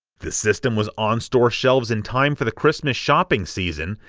the system was on store shelves in time for the christmas shopping season,